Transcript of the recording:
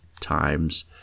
times